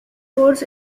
roads